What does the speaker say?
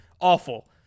Awful